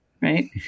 Right